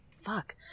Fuck